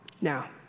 Now